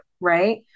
Right